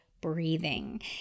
breathing